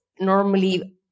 normally